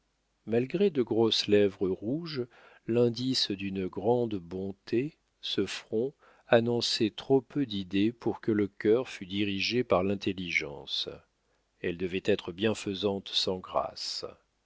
malgré de grosses lèvres rouges l'indice d'une grande bonté ce front annonçait trop peu d'idées pour que le cœur fût dirigé par l'intelligence elle devait être bienfaisante sans grâce